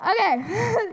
Okay